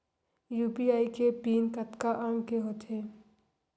UPI के PIN कतका अंक के होथे?